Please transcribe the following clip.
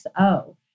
XO